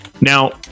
Now